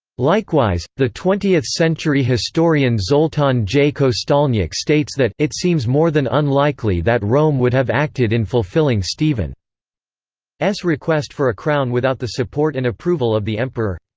likewise, the twentieth century historian zoltan j. kosztolnyik states that it seems more than unlikely that rome would have acted in fulfilling stephen's request for a crown without the support and approval of the emperor.